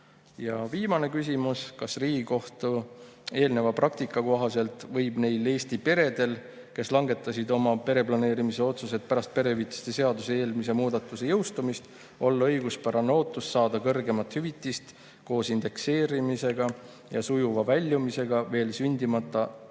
Ja viimane küsimus: "Kas Riigikohtu eelneva praktika kohaselt võib neil Eesti peredel, kes langetasid oma pereplaneerimisotsused pärast perehüvitiste seaduse eelmise muudatuse jõustumist, olla õiguspärane ootus saada kõrgemat hüvitist koos indekseerimisega ja sujuva väljumisega veel sündimata lapse